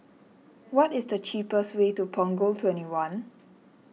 what is the cheapest way to Punggol twenty one